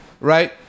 right